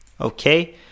okay